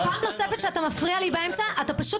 פעם נוספת שאתה מפריע לי באמצע אתה פשוט